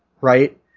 Right